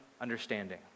understanding